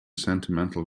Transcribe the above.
sentimental